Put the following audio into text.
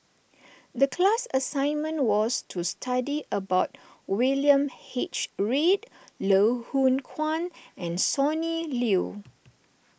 the class assignment was to study about William H Read Loh Hoong Kwan and Sonny Liew